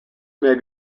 may